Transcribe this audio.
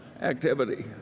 activity